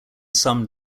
some